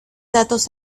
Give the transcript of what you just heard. datos